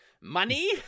Money